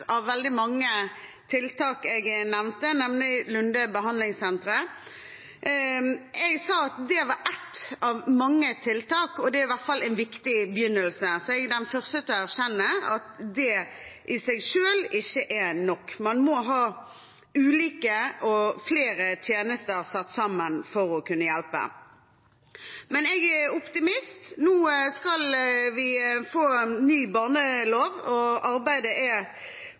av veldig mange tiltak jeg nevnte, nemlig Lunde behandlingssenter. Jeg sa at det var ett av mange tiltak, og det er i hvert fall en viktig begynnelse. Så er jeg den første til å erkjenne at det i seg selv ikke er nok. Man må ha ulike og flere tjenester satt sammen for å kunne hjelpe. Men jeg er optimist. Nå skal vi få ny barnelov, og arbeidet er